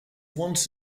once